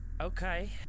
Okay